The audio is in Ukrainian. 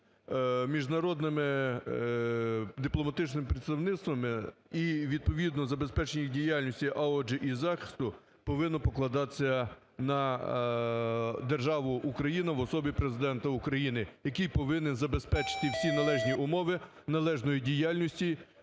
міжнародними дипломатичними представництвами і відповідно забезпечення їх діяльності, а, отже, і захисту, повинно покладатися на державу Україна в особі Президента України, який повинен забезпечити всі належні умови належної діяльності